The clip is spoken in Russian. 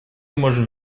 можем